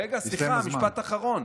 רגע, סליחה, משפט אחרון.